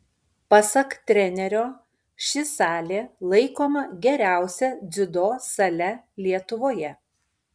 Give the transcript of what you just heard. pasak trenerio ši salė laikoma geriausia dziudo sale lietuvoje